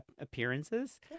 appearances